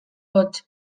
hots